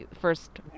first